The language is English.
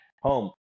home